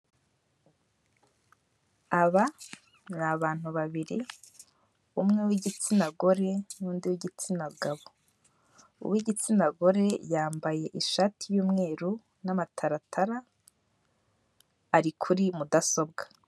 Aba ni abantu babiri umwe w'igitsina gore n'undi w'igitsina gabo, uw'igitsina gore yambaye ishati y'umweru n'amataratara, ari kuri mudasobwa.